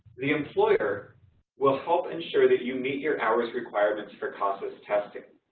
the employer will help ensure that you meet your hours requirements for casas testing.